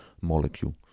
molecule